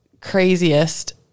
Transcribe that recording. craziest